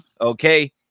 okay